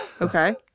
Okay